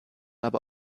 aber